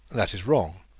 that is wrong.